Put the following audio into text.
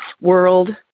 world